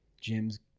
Jim's